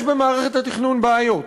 יש במערכת התכנון בעיות,